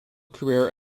career